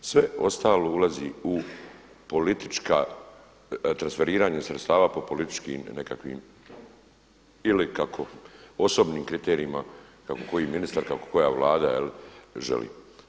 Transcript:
Sve ostalo ulazi u politička transferiranje sredstava po političkim nekakvim ili kako osobnim kriterijima kako koji ministar, kako koja vlada želi.